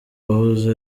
wahoze